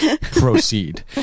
proceed